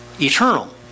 eternal